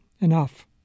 enough